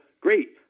Great